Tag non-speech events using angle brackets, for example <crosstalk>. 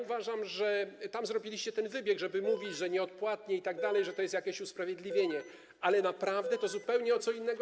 Uważam, że tam zrobiliście ten wybieg, <noise> żeby mówić, że nieodpłatnie itd., że to jest jakieś usprawiedliwienie, ale naprawdę chodzi zupełnie o co innego.